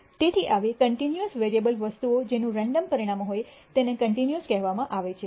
તેથી આવી continuous variable વસ્તુઓ જેનું રેન્ડમ પરિણામ હોય તેને કન્ટિન્યૂઅસ કહેવામાં આવે છે